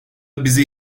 bizi